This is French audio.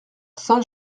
saint